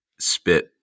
spit